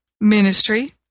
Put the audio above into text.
ministry